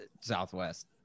Southwest